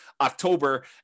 October